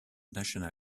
national